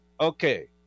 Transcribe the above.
Okay